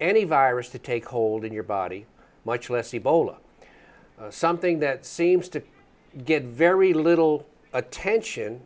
any virus to take hold in your body much less ebola something that seems to get very little attention